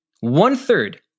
one-third